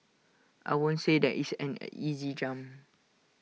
I won't say that is an easy jump